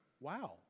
wow